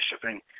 shipping